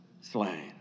slain